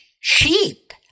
Sheep